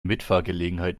mitfahrgelegenheit